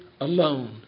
alone